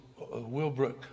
Wilbrook